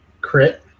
crit